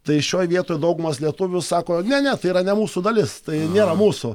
tai šioj vietoj daugumas lietuvių sako ne ne tai yra ne mūsų dalis tai nėra mūsų